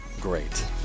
great